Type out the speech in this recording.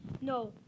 No